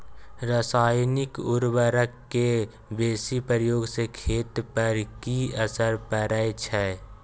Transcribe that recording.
रसायनिक उर्वरक के बेसी प्रयोग से खेत पर की असर परै छै?